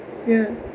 ya